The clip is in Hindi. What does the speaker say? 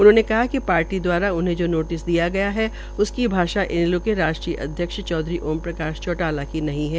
उन्होने कहा कि पार्टी दवारा उन्हें जो नोटिस दिया गया था उसकी भाषा इनेलो के अध्यक्ष चौधरी ओम प्रकाश चौटाला की नहीं है